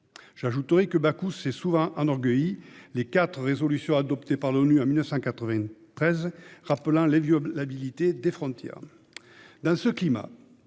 Bakou, on s'est souvent enorgueilli des quatre résolutions adoptées par l'ONU en 1993, rappelant l'inviolabilité des frontières